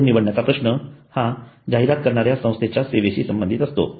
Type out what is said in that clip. माध्यम निवडण्याचा प्रश्न हा जाहिरात करणाऱ्या संस्थेच्या सेवेशी संबंधित असतो